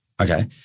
Okay